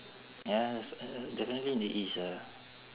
yes definitely in the east ah